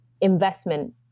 investment